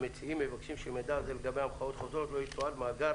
המציעים מבקשים שמידע זה לגבי המחאות חוזרות לא יתועד במאגר